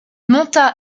monta